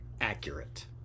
accurate